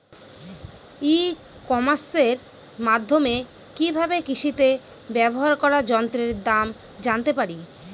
ই কমার্সের মাধ্যমে কি ভাবে কৃষিতে ব্যবহার করা যন্ত্রের দাম জানতে পারি?